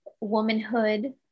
Womanhood